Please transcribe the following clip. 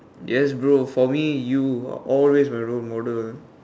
yes bro for me you always my role model